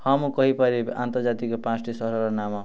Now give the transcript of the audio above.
ହଁ ମୁଁ କହିପାରିବି ଆନ୍ତର୍ଜାତିକ ପାଞ୍ଚଟି ସହରର ନାମ